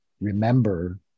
remember